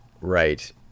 right